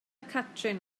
catrin